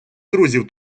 друзів